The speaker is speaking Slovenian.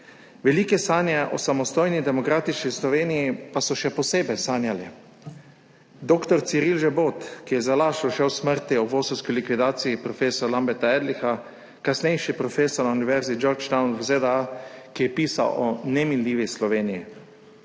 Velike sanje o samostojni demokratični Sloveniji pa so še posebej sanjali dr. Ciril Žebot, ki je za las ušel smrti ob vosovski likvidaciji prof. Lamberta Ehrlicha, kasnejši profesor na univerzi v Georgetownu v ZDA, ki je pisal o neminljivi Sloveniji;